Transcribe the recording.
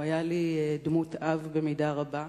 הוא היה לי דמות אב במידה רבה.